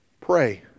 Pray